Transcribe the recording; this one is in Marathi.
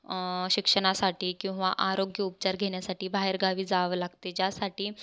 शिक्षणासाठी किंवा आरोग्यउपचार घेण्यासाठी बाहेरगावी जावं लागते ज्यासाठी